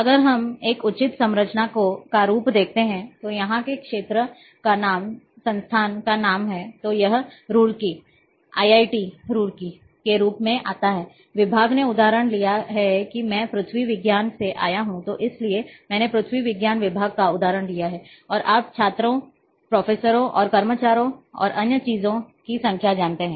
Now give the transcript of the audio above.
अगर हम एक उचित संरचना का रूप देखते हैं तो यहाँ के क्षेत्र का नाम संस्थान का नाम है तो यह रुड़की आईआईटी रुड़की के रूप में आता है विभाग ने उदाहरण लिया है कि मैं पृथ्वी विज्ञान से आया हूं तो इसलिए मैंने पृथ्वी विज्ञान विभाग का उदाहरण लिया है और आप छात्रों प्रोफेसरों और कर्मचारियों और अन्य चीजों की संख्या जानते हैं